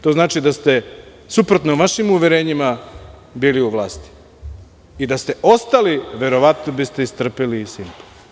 To znači da ste suprotno vašim uverenjima bili u vlasti i da ste ostali, verovatno biste istrpeli i „Simpo“